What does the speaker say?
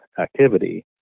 activity